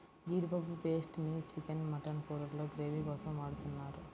జీడిపప్పు పేస్ట్ ని chicken, mutton కూరల్లో గ్రేవీ కోసం వాడుతున్నారు